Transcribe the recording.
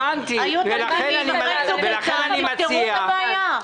היו קסאמים בצוק איתן ופתרו את הבעיה.